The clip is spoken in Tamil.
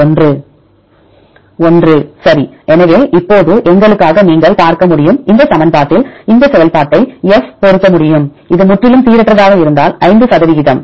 ஒன்று சரி எனவே இப்போது எங்களுக்காக நீங்கள் பார்க்க முடியும் இந்த சமன்பாட்டில் இந்த செயல்பாட்டை F பொருத்த முடியும் இது முற்றிலும் சீரற்றதாக இருந்தால் 5 சதவிகிதம்